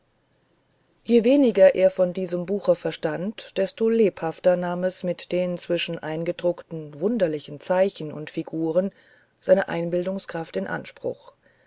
je weniger er von diesem buche verstand desto lebhafter nahm es mit den zwischen eingedruckten wunderlichen zeichen und figuren seine einbildungskraft in anspruch